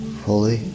fully